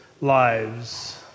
lives